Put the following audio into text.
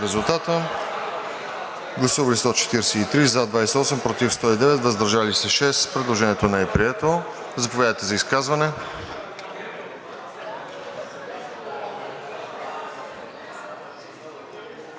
за 28, против 109, въздържали се 6. Предложението не е прието. Заповядайте за изказване.